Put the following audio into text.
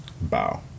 Bow